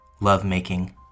lovemaking